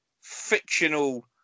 fictional